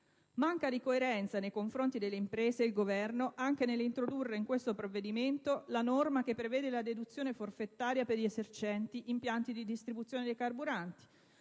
manca di coerenza nei confronti delle imprese anche nell'introdurre in questo provvedimento la norma che prevede la deduzione forfetaria per gli esercenti impianti di distribuzione dei carburanti.